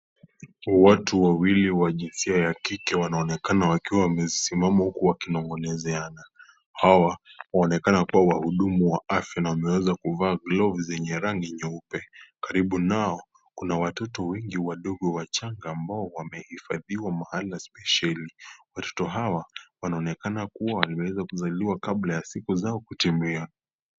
Watu wawili wa jinsia ya kike wanaonekana wakiwa wamesimama huku wakinong'onezeana . Hawa waonekana kuwa wahudumu wa afya na wamevaa glovu zenye rangi nyeupe . Karibu nao kuna watoto wengi wadogo wachanga ambao wamehifadhiwa mahala spesheli. Watoto hawa wanaonekana kuwa waliweza kuzaliwa kabla ya siku zao kutimia.